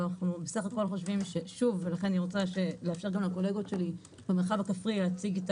אני רוצה שגם הקולגות שלי במרחב הכפרי יציגו את